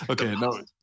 okay